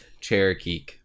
Cherokee